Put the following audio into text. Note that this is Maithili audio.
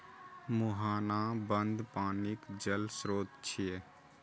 मुहाना बंद पानिक जल स्रोत छियै